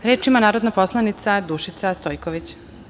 Reč ima narodna poslanica Dušica Stojković.